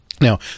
Now